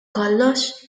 kollox